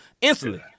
instantly